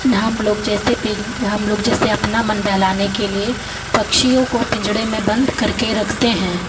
हम लोग जैसे पिं हम लोग जैसे अपना मन बहलाने के लिए पक्षियों को पिंजड़े में बंद करके रखते हैं